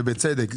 ובצדק,